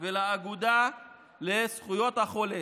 לאגודה לזכויות החולה,